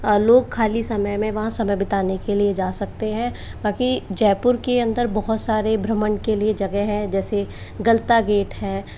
लोग खाली समय में वहाँ समय बिताने के लिए जा सकते हैं बाकी जयपुर के अंदर बहुत सारे भ्रमण के लिए जगह है जैसे गलता गेट है